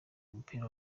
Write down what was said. mupira